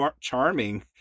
charming